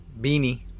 beanie